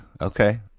Okay